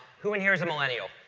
who in here is a millennial?